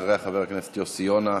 אחריה, חבר הכנסת יוסי יונה.